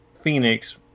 Phoenix